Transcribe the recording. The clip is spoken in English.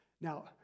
Now